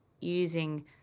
using